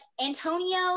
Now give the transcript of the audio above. antonio